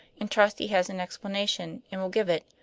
and trust he has an explanation and will give it.